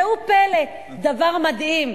ראו פלא, דבר מדהים.